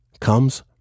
comes